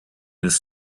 his